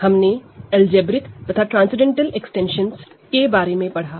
हमने अलजेब्रिक तथा transcendental extension के बारे में पढ़ा